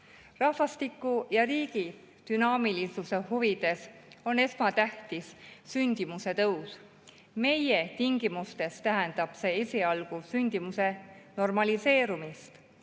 Rahvastiku ja riigi dünaamilisuse huvides on esmatähtis sündimuse tõus. Meie tingimustes tähendab see esialgu sündimuse normaliseerumist.